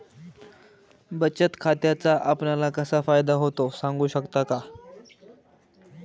बचत खात्याचा आपणाला कसा फायदा होतो? सांगू शकता का?